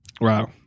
Wow